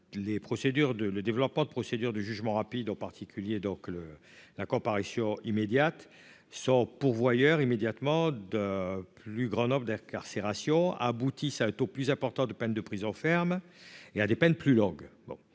le développement de procédures de jugement rapide, en particulier la comparution immédiate, est pourvoyeur dans l'immédiat d'un plus grand nombre d'incarcérations et aboutit à un taux plus important de peines de prison ferme et à des peines plus longues.